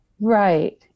Right